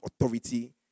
authority